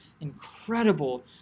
incredible